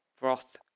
broth